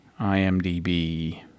imdb